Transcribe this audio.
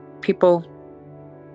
people